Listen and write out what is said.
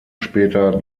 später